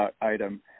item